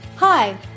Hi